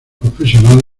profesional